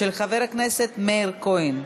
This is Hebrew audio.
של חבר הכנסת מאיר כהן.